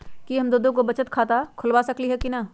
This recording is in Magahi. कि हम दो दो गो बचत खाता खोलबा सकली ह की न?